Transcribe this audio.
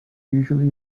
usually